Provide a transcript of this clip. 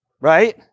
right